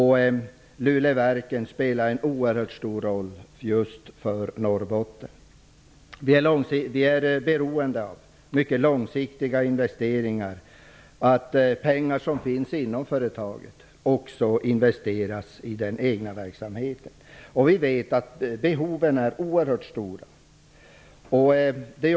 Luleverken spelar en oerhört stor roll för just Norrbotten. Vi är beroende av mycket långsiktiga investeringar och av att de pengar som finns inom företaget också investeras i den egna verksamheten. Vi vet att behoven är oerhört stora.